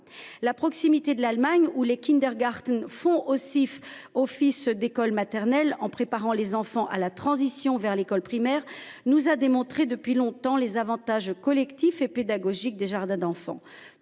La proximité de l’Allemagne, où les font office d’école maternelle en préparant les enfants à la transition vers l’école primaire, nous a permis depuis longtemps de mesurer les avantages collectifs et pédagogiques des jardins d’enfants.